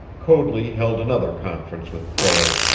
coadley held another conference with prale,